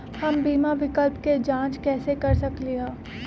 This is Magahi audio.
हम बीमा विकल्प के जाँच कैसे कर सकली ह?